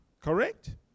Correct